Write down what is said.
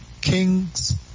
kings